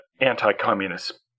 anti-communist